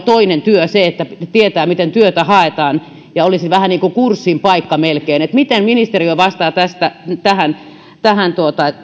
toinen työ se että tietää miten työtä haetaan ja olisi vähän niin kuin kurssin paikka melkein miten ministeriö vastaa tähän tähän